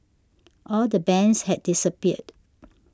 all the bands had disappeared